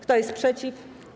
Kto jest przeciw?